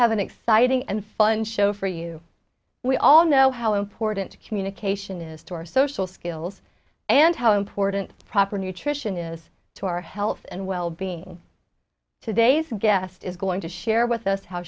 have an exciting and fun show for you we all know how important communication is to our social skills and how important proper nutrition is to our health and well being today's guest is going to share with us how